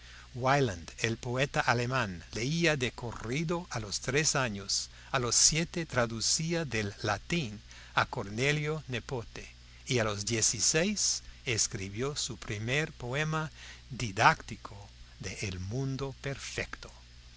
el poeta alemán leía de corrido a los tres años a los siete traducía del latín a cornelio nepote y a los dieciséis escribió su primer poema didáctico de el mundo perfecto